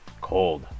cold